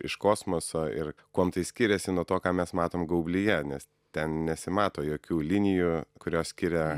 iš kosmoso ir kuom tai skiriasi nuo to ką mes matom gaublyje nes ten nesimato jokių linijų kurios skiria